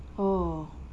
oh